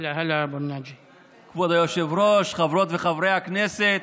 כבוד היושב-ראש, חברות וחברי הכנסת,